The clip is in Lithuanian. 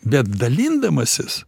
bet dalindamasis